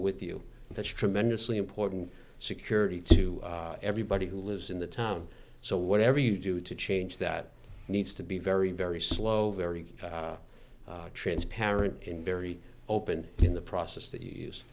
with you and that's tremendously important security to everybody who lives in the town so whatever you do to change that needs to be very very slow very transparent and very open in the process that you use